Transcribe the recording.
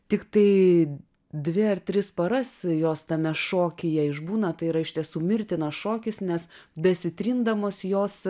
tiktai dvi ar tris paras jos tame šokyje išbūna tai yra iš tiesų mirtinas šokis nes besitrindamos jos